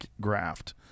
graft